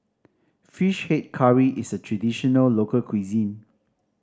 Fish Head Curry is a traditional local cuisine